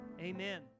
Amen